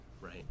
right